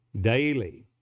daily